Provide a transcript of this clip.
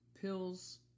pills